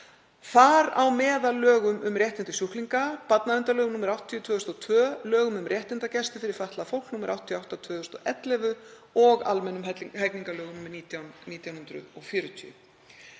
þar á meðal lögum um réttindi sjúklinga, barnaverndarlögum, nr. 80/2002, lögum um réttindagæslu fyrir fatlað fólk, nr. 88/2011, og almennum hegningarlögum, nr. 19/1940.